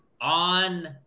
on